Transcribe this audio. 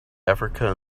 africa